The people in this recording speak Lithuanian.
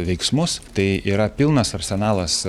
veiksmus tai yra pilnas arsenalas